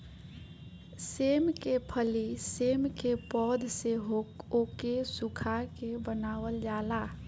सेम के फली सेम के पौध से ओके सुखा के बनावल जाला